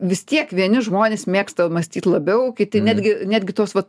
vis tiek vieni žmonės mėgsta mąstyt labiau kiti netgi netgi tos vat